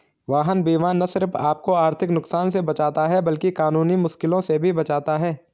वाहन बीमा न सिर्फ आपको आर्थिक नुकसान से बचाता है, बल्कि कानूनी मुश्किलों से भी बचाता है